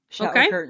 okay